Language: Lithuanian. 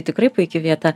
tikrai puiki vieta